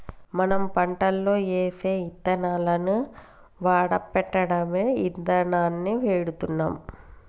మనం పంటలో ఏసే యిత్తనాలను వాడపెట్టడమే ఇదానాన్ని ఎడుతున్నాం